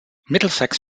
middlesex